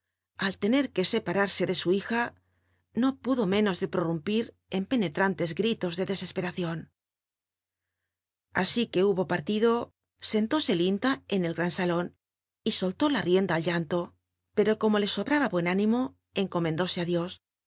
al tener que separarse de su hija no pudo ménos de prorumpir en penetrantes gritos de desesperacion así que hubo partido sentóse linda en el gran salon y solió la rienda al llanto pero como le sobraba buen áni mo encomendóse á dios